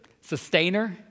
sustainer